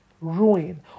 ruin